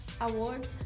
Awards